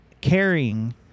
carrying